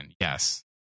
Yes